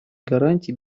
гарантий